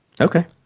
Okay